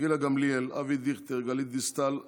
גילה גמליאל, אבי דיכטר, גלית דיסטל אטבריאן,